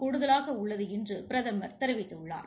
கூடுதலாக உள்ளது என்று பிரதமர் தெரிவித்துள்ளார்